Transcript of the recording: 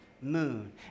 moon